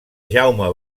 jaume